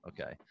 Okay